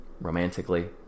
Romantically